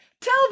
Tell